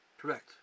Correct